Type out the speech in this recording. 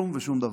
כלום ושום דבר.